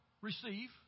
receive